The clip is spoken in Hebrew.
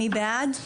מי בעד?